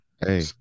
Hey